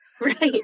right